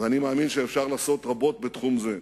ואני מאמין שאפשר לעשות רבות בתחום זה,